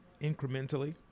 incrementally